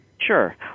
Sure